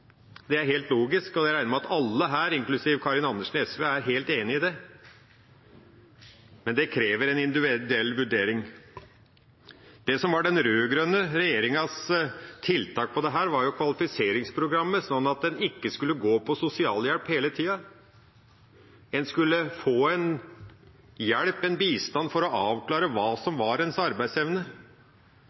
Det er helt logisk. Og jeg regner med at alle her, inklusiv Karin Andersen fra SV, er helt enig i det, men det krever en individuell vurdering. Det som var den rød-grønne regjeringas tiltak på dette området, var kvalifiseringsprogrammet, slik at en ikke skulle gå på sosialhjelp hele tida. En skulle få hjelp, bistand, for å avklare hva som var ens arbeidsevne.